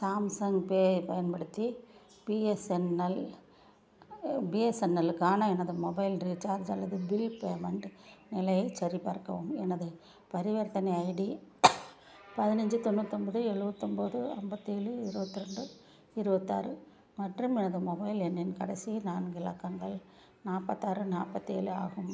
Samsung pay ஐப் பயன்படுத்தி BSNL பிஎஸ்என்எல்லுக்கான எனது மொபைல் ரீசார்ஜ் அல்லது பில் பேமெண்ட் நிலையைச் சரிபார்க்கவும் எனது பரிவர்த்தனை ஐடி பதினைஞ்சு தொண்ணூத்தொம்பது எலுவத்தொம்பது அம்பத்தேழு இருபத்தி ரெண்டு இருபத்தாறு மற்றும் எனது மொபைல் எண்ணின் கடைசி நான்கு இலக்கங்கள் நாற்பாத்தாறு நாப்பதேழு ஆகும்